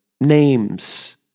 names